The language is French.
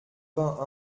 vingt